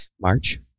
March